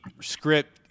script